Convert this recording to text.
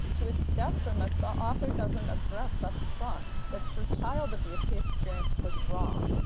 to its detriment, the author doesn't address upfront that the child abuse he experienced was wrong.